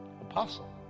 Apostle